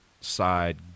side